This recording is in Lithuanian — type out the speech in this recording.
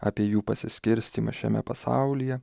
apie jų pasiskirstymą šiame pasaulyje